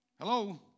Hello